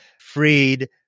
freed